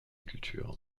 culture